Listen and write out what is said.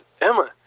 Emma